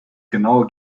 genaue